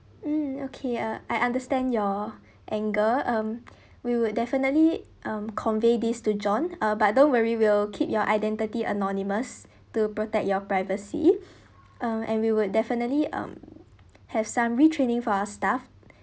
mm okay uh I understand your anger um we would definitely um convey this to john uh but don't worry we'll keep your identity anonymous to protect your privacy um and we would definitely um have some retraining for our staff